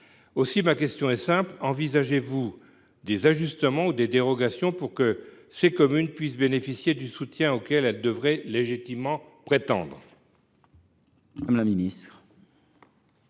Ma question est simple : envisagez vous des ajustements ou des dérogations pour que ces communes bénéficient enfin du soutien auquel elles peuvent légitimement prétendre ?